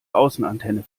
außenantenne